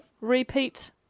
repeat